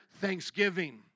thanksgiving